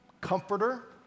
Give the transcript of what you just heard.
comforter